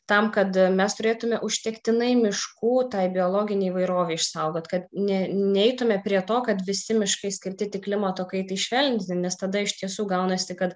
tam kad mes turėtume užtektinai miškų tai biologinei įvairovei išsaugot kad ne neitume prie to kad visi miškai skirti tik klimato kaitai švelninti nes tada iš tiesų gaunasi kad